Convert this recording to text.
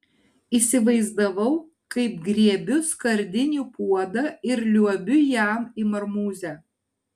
įsivaizdavau kaip griebiu skardinį puodą ir liuobiu jam į marmūzę